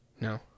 No